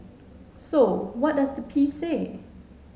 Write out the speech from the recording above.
so what does the piece say